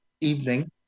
evening